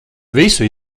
visu